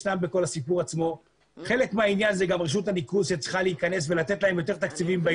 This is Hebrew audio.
חלק מהעניין היא גם רשות הניקוז שצריכה להיכנס ולתת להם יותר תקציבים.